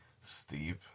Steep